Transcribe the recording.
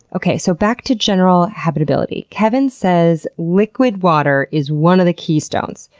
okay so back to general habitability. kevin says liquid water is one of the keystones.